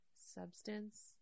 Substance